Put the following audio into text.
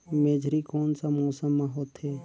मेझरी कोन सा मौसम मां होथे?